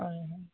হয় হয়